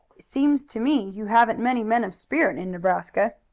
it seems to me you haven't many men of spirit in nebraska.